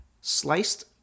sliced